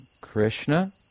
Krishna